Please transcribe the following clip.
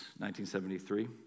1973